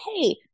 hey